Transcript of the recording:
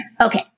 Okay